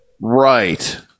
Right